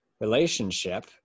relationship